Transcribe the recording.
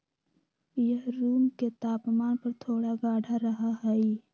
यह रूम के तापमान पर थोड़ा गाढ़ा रहा हई